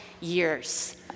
years